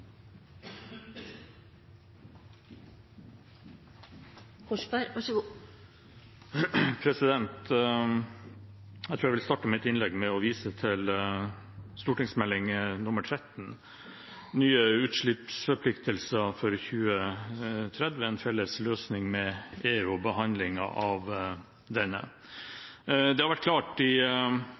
Jeg tror jeg vil starte mitt innlegg med å vise til Meld. St. 13 for 2014–2015, Ny utslippsforpliktelse for 2030 – en felles løsning med EU, og behandlingen av denne. Det har vært klart i